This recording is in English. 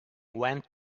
went